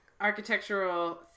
architectural